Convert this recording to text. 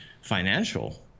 financial